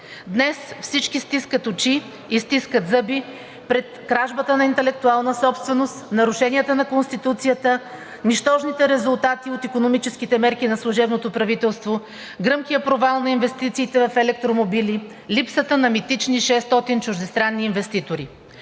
Днес всички стискат очи, стискат зъби пред кражбата на интелектуална собственост, нарушенията на Конституцията, нищожните резултати от икономическите мерки на служебното правителство, гръмкия провал на инвестициите в електромобили, липсата на митичните 600 чуждестранни инвеститори.